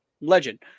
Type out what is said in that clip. legend